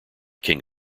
king